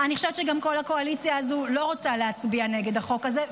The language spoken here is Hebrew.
אני חושבת שגם כל הקואליציה הזו לא רוצה להצביע נגד החוק הזה,